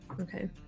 Okay